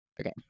Okay